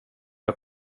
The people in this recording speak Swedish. jag